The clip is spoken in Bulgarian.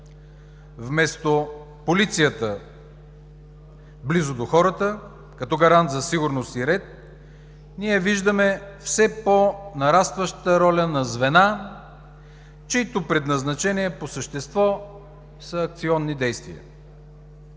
Вместо полицията да е близо до хората като гарант за сигурност и ред, ние виждаме все по-нарастващата роля на звена, чието предназначение по същество са акционни действия.